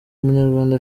munyarwanda